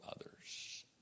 others